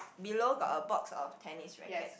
below got a box of tennis racket